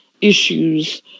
Issues